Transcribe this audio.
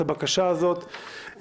את הבקשה הזאת.